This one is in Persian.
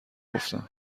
گفتم